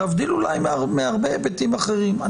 להבדיל אולי מהרבה היבטים אחרים,